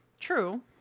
True